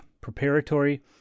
preparatory